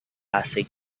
asing